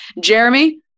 Jeremy